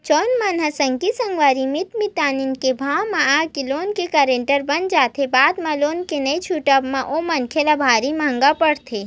जउन मन ह संगी संगवारी मीत मितानी के भाव म आके लोन के गारेंटर बन जाथे बाद म लोन के नइ छूटब म ओ मनखे ल भारी महंगा पड़थे